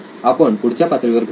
आपण पुढच्या पायरीवर भेटूयात